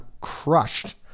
crushed